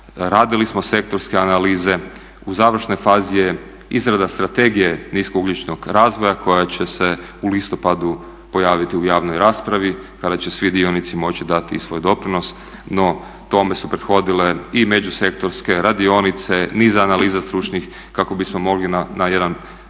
radili smo sektorske analize, u završnoj fazi je izrada Strategije niskougljičnog razvoja koja će se u listopadu pojaviti u javnoj raspravi kada će svi dionici moći dati i svoj doprinos. No, tome su prethodile i međusektorske radionice, niz analiza stručnih kako bismo mogli na jedan